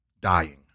dying